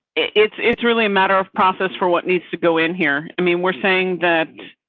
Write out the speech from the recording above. it's it's really a matter of process for what needs to go in here. i mean, we're saying that.